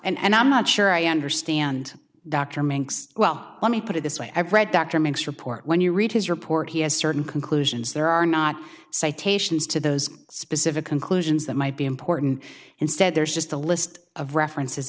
it and i'm not sure i understand dr minks well let me put it this way i've read dr max report when you read his report he has certain conclusions there are not citations to those specific conclusions that might be important instead there's just a list of references